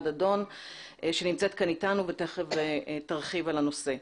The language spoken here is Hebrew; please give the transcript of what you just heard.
דדון שנמצאת כאן איתנו ותכף תרחיב על הנושא.